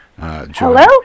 Hello